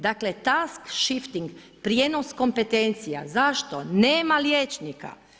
Dakle taj shifting, prijenos kompetencija, zašto, nema liječnika.